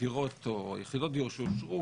מהדירות או יחידות הדיור שאושרו,